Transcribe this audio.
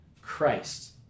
Christ